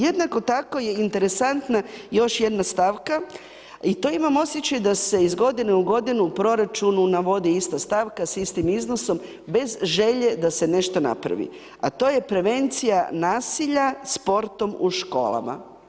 Jednako tako je interesantna još jedna stavka, i to imam osjećaj da se iz godine u godinu u proračunu navodi ista stavka, s istim iznosom bez želje da se nešto napravi, a to je Prevencija nasilja sportom u školama.